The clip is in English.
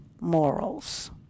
morals